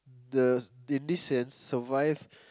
the in this sense survive